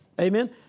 Amen